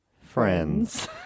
friends